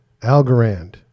Algorand